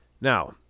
Now